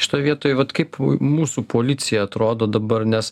šitoj vietoj vat kaip mūsų policija atrodo dabar nes